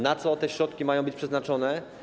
Na co te środki mają być przeznaczone?